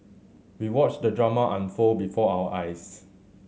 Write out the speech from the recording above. we watched the drama unfold before our eyes